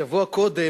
שבוע קודם,